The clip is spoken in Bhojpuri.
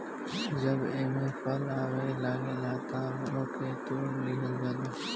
जब एमे फल आवे लागेला तअ ओके तुड़ लिहल जाला